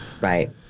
Right